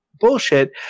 bullshit